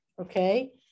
okay